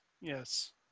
yes